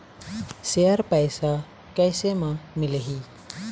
Share पैसा कैसे म मिलही?